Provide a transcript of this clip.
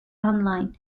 online